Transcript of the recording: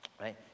right